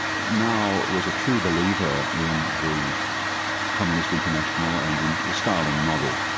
mao was a true believer in the communist international and in the stalin model,